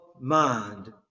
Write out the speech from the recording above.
mind